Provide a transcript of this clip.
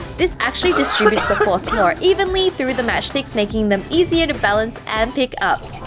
this actually distributes the force more evenly through the matchstick, making them easier to balance, and pick up!